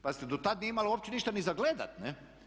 Pazite, do tad nije imala uopće ništa ni za gledat, ne?